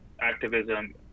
activism